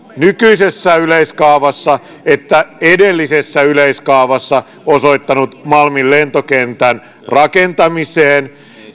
nykyisessä yleiskaavassa että edellisessä yleiskaavassa osoittanut malmin lentokentän rakentamiseen